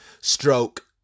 stroke